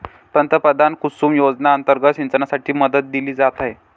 पंतप्रधान कुसुम योजना अंतर्गत सिंचनासाठी मदत दिली जात आहे